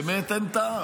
באמת אין טעם,